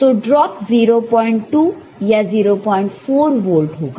तो ड्राप 02 या 04 वोल्ट होगा